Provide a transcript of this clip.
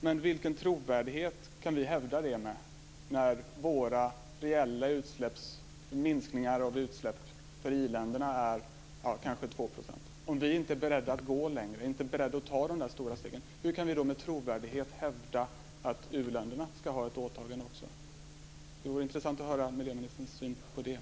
Men med vilken trovärdighet kan vi hävda detta när iländernas reella minskningar av utsläpp ligger på kanske 2 %? Om vi inte är beredda att gå längre, att ta de där stora stegen, hur kan vi med trovärdighet hävda att också u-länderna ska ha ett åtagande? Det vore intressant att få del av miljöministerns syn på detta.